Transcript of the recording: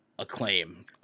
acclaim